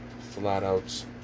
flat-out